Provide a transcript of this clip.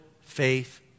faith